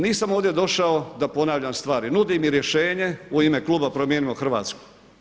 Nisam ovdje došao da ponavljam stvari, nudi mi rješenje u ime kluba Promijenimo Hrvatsku.